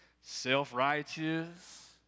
self-righteous